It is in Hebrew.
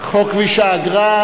חוק כביש האגרה,